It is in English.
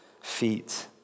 feet